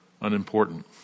unimportant